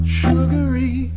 sugary